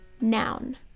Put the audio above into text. noun